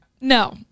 No